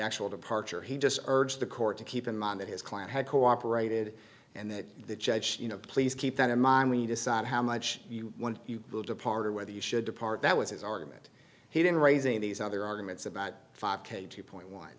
actual departure he just urged the court to keep in mind that his client had cooperated and that the judge you know please keep that in mind when you decide how much when you will depart or whether you should depart that was his argument he didn't raising these other arguments about five k two point one